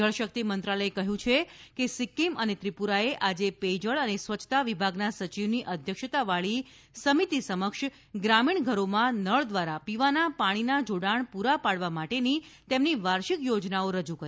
જલ શક્તિ મંત્રાલયે કહ્યું કે સિક્કિમ અને ત્રિપુરાએ આજે પેયજળ અને સ્વચ્છતા વિભાગના સચિવની અધ્યક્ષતાવાળી સમિતિ સમક્ષ ગ્રામીણ ઘરોમાં નળ દ્વારા પીવાનાં પાણીના જોડાણ પૂરા પાડવા માટેની તેમની વાર્ષિક યોજનાઓ રજૂ કરી